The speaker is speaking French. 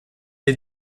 est